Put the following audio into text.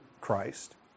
Christ